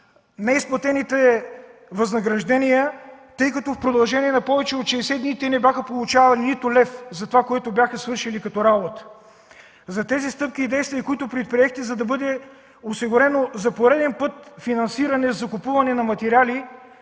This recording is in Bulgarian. неизплатените възнаграждения, тъй като в продължение на повече от 60 дни те не бяха получавали нито лев за онова, което бяха свършили като работа, за тези стъпки и действия, които предприехте, за да бъде осигурено за пореден път финансиране за закупуване на материали,